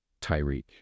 Tyreek